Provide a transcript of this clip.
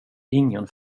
ingen